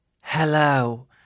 Hello